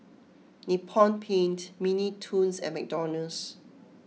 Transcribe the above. Nippon Paint Mini Toons and McDonald's